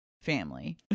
family